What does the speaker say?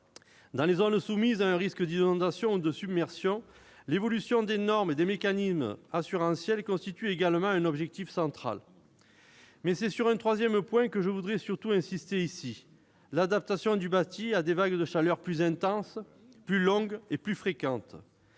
Dans les zones soumises à un risque d'inondation ou de submersion, l'évolution des normes et des mécanismes assurantiels constitue également un objectif central. Mais c'est sur un troisième point que je voudrais surtout insister ici : l'adaptation du bâti à des vagues de chaleur plus intenses, plus longues et plus fréquentes.